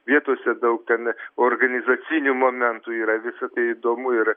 vietose daug ten organizacinių momentų yra visa tai įdomu ir